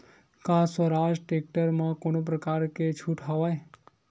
का स्वराज टेक्टर म कोनो प्रकार के छूट हवय?